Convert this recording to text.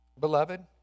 Beloved